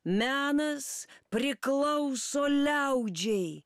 menas priklauso liaudžiai